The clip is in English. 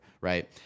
right